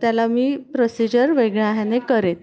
त्याला मी प्रोसिजर वेगळ्या ह्याने करीन